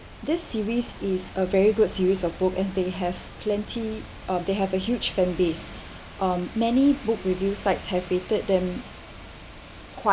this series is a very good series of book and they have plenty um they have a huge fan base um many book review sites have rated them quite